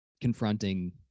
confronting